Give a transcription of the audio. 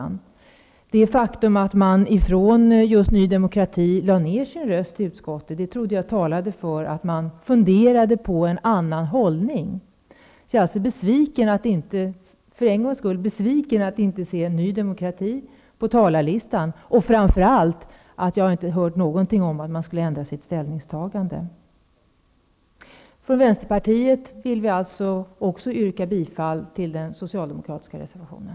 Jag trodde att det faktum att man från just Ny demokrati lade ned sin röst i utskottet talade för att man funderade på en annan hållning. Jag är alltså, för en gångs skull, besviken över att inte se Ny demokrati representerat på talarlistan och framför allt över att jag inte hört någonting om att man skulle ändra sitt ställningstagande. Också från Vänsterpartiet vill vi yrka bifall till den socialdemokratiska reservationen.